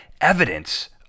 evidence